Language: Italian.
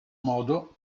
modo